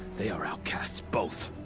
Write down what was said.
they are outcasts, both.